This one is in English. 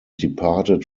departed